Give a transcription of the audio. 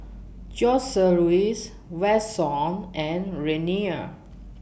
Joseluis Vashon and Renea